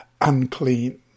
unclean